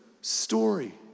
story